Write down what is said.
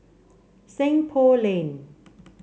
Seng Poh Lane